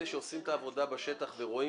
אלה שעושים את העבודה בשטח ורואים,